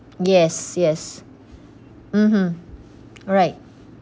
yes yes mmhmm right